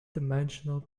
dimensional